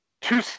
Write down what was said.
two